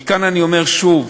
מכאן אני אומר שוב: